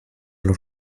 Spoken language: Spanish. los